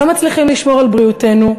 לא מצליחים לשמור על בריאותנו,